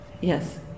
Yes